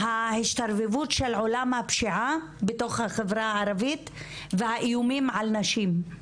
ההשתרבבות של עולם הפשיעה בתוך החברה הערבית והאיומים על נשים.